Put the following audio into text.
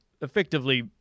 Effectively